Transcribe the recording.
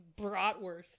bratwurst